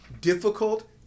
difficult